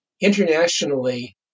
internationally